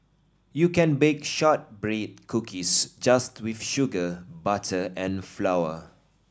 you can bake shortbread cookies just with sugar butter and flour